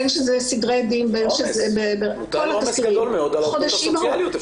מוטל עומס גדול מאוד על העובדות הסוציאליות.